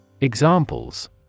Examples